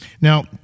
Now